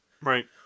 Right